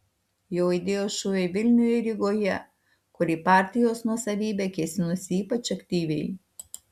jau aidėjo šūviai vilniuje ir rygoje kur į partijos nuosavybę kėsinosi ypač aktyviai